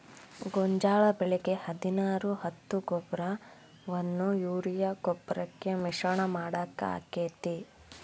ಗೋಂಜಾಳ ಬೆಳಿಗೆ ಹದಿನಾರು ಹತ್ತು ಗೊಬ್ಬರವನ್ನು ಯೂರಿಯಾ ಗೊಬ್ಬರಕ್ಕೆ ಮಿಶ್ರಣ ಮಾಡಾಕ ಆಕ್ಕೆತಿ?